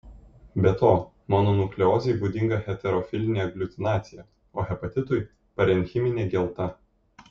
be to mononukleozei būdinga heterofilinė agliutinacija o hepatitui parenchiminė gelta